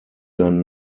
sein